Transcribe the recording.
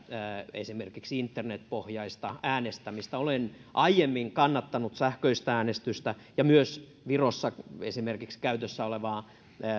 esimerkiksi internet pohjaista äänestämistä olen aiemmin kannattanut sähköistä äänestystä ja myös esimerkiksi virossa käytössä olevaa